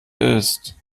ist